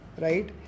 right